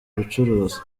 ubucuruzi